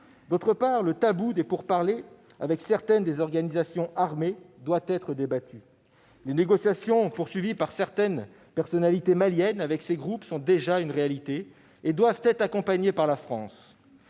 ailleurs, le tabou des pourparlers avec certaines des organisations armées doit être débattu. Les négociations poursuivies par certaines personnalités maliennes avec ces groupes sont déjà une réalité et doivent être accompagnées par la France,